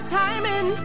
timing